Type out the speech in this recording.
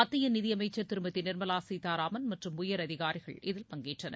மத்திய நிதியமைச்சர் திருமதி நிர்மலா சீதாராமன் மற்றும் உயர் அதிகாரிகள் இதில் பங்கேற்றனர்